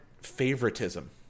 favoritism